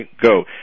go